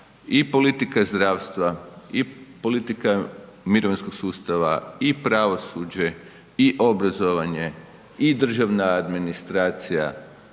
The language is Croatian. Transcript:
i politika zdravstva, i politika mirovinskog sustava, i pravosuđe, i obrazovanje, i državna administracija